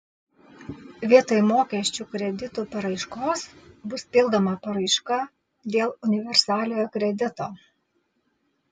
vietoj mokesčių kreditų paraiškos bus pildoma paraiška dėl universaliojo kredito